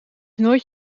nooit